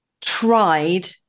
tried